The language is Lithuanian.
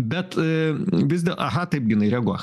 bet vis dėl aha taip ginai reaguok